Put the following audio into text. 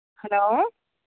hello